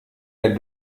der